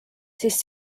siis